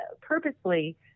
purposely